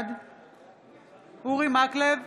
בעד אורי מקלב,